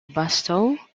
barstow